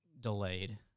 delayed